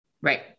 right